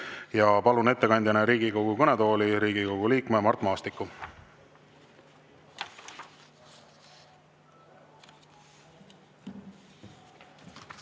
Palun ettekandjana Riigikogu kõnetooli Riigikogu liikme Mart Maastiku.